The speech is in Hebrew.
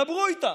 דברו איתם.